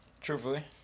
Truthfully